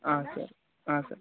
ಹಾಂ ಸರಿ ಹಾಂ ಸರಿ